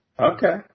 Okay